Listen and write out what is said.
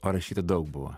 o rašyta daug buvo